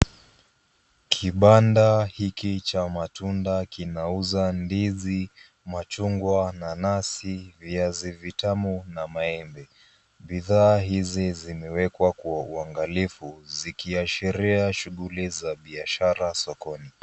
Kibanda hiki cha matunda kinauza ndizi, machungwa, nanasi, viazi vitamu na maembe. Bidhaa hizi zimewekwa kwa uangalifu zikiashiria biashara sokoni.